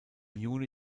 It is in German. juni